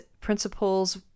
principles